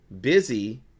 Busy